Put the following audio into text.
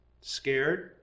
scared